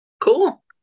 Cool